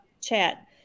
chat